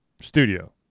studio